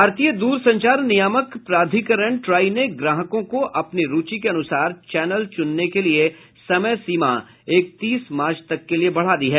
भारतीय दूरसंचार नियामक प्राधिकरण ट्राई ने ग्राहकों को अपनी रूची के अनुसार चैनल चुनने के लिए समय सीमा एकतीस मार्च तक के लिए बढ़ा दी है